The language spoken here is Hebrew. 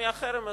מהחרם הזה.